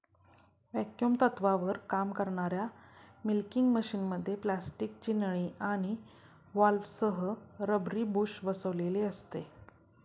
vacuum तत्त्वावर काम करणाऱ्या मिल्किंग मशिनमध्ये प्लास्टिकची नळी आणि व्हॉल्व्हसह रबरी बुश बसविलेले असते